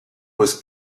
was